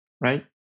right